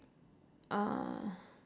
uh